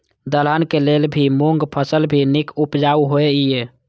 दलहन के लेल भी मूँग फसल भी नीक उपजाऊ होय ईय?